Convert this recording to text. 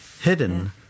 hidden